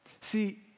see